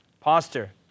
Pastor